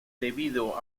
debido